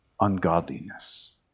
ungodliness